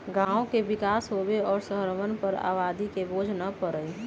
गांव के विकास होवे और शहरवन पर आबादी के बोझ न पड़ई